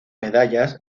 medallas